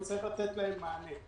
וצריך לתת להם מענה.